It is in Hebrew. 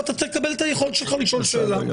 ותקבל את היכולת שלך לשאול שאלה.